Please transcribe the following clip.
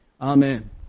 Amen